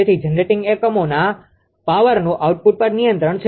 તેથી જનરેટિંગ એકમોના પાવરનુ આઉટપુટ પર નિયંત્રણ છે